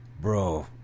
bro